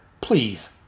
Please